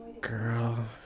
Girl